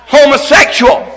homosexual